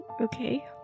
Okay